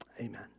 amen